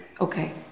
Okay